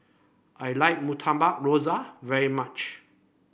I like Murtabak Rusa very much